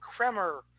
Kremer